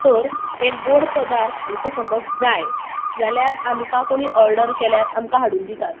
तर हे गोड पदार्थ आमकां समज जाय जाल्यार आमकां कोणी ऑर्डर केल्यार आमकां हाडून दितात